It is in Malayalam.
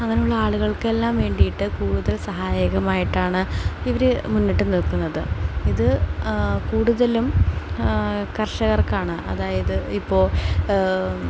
അങ്ങനെയുള്ള ആളുകൾക്കെല്ലാം വേണ്ടിയിട്ട് കൂടുതൽ സഹായകമായിട്ടാണ് ഇവർ മുന്നിട്ടുനിൽക്കുന്നത് ഇത് കൂടുതലും കർഷകർക്കാണ് അതായത് ഇപ്പോൾ